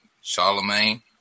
Charlemagne